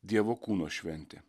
dievo kūno šventė